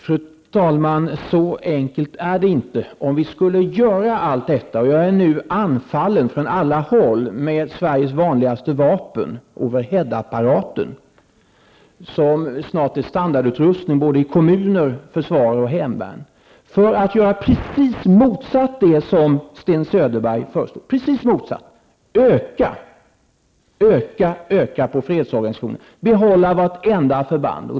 Fru talman! Så enkelt är det inte. Jag är nu anfallen från alla håll med Sveriges vanligaste vapen, overheadapparaten, som snart är standardutrustning i både kommun, försvar och hemvärn för att jag skall göra precis motsatt det som Sten Söderberg föreslog. Man vill att jag skall öka, öka och öka på fredsorganisationerna och behålla vartenda förband.